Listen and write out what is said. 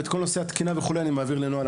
לגבי כל נושא התקינה, אני מעביר לנועה.